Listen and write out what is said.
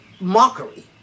mockery